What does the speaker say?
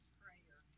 prayer